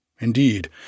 Indeed